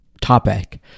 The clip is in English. topic